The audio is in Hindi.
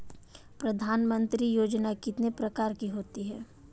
प्रधानमंत्री योजना कितने प्रकार की होती है?